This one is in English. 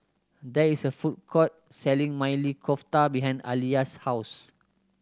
there is a food court selling Maili Kofta behind Aliya's house